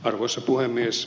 arvoisa puhemies